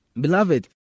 Beloved